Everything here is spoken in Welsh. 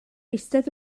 eistedd